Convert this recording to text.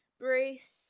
Bruce